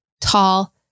tall